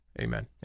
Amen